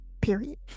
period